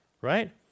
Right